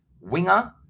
winger